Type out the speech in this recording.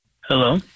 Hello